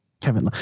Kevin